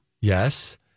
yes